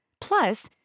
Plus